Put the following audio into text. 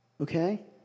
Okay